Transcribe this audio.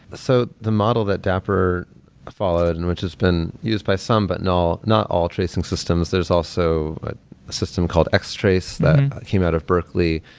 the so the model that dapper followed and which has been used by some, but not all not all tracing systems. there is also a system called x-trace that came out of berkeley,